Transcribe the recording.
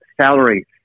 salaries